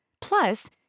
Plus